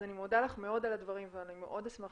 אז אני מודה לך מאוד על הדברים ומאוד אשמח